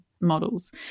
models